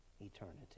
Eternity